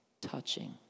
touching